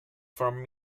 from